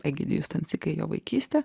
egidijui stancikui jo vaikystę